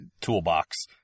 toolbox